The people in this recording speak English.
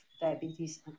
diabetes